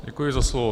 Děkuji za slovo.